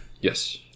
Yes